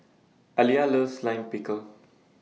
Aliyah loves Lime Pickle